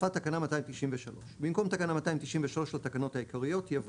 החלפת תקנה 293 במקום תקנה 293 לתקנות העיקריות יבוא: